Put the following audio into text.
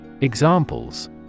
Examples